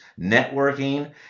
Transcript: networking